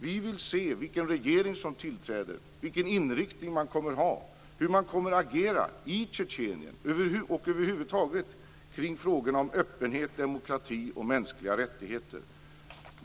Vi vill se vilken regering som tillträder, vilken inriktning den kommer att ha och hur den kommer att agera i Tjetjenien och över huvud taget kring frågorna om öppenhet, demokrati och mänskliga rättigheter.